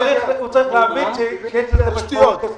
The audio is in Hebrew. הוא צריך להבין שיש לזה משמעות.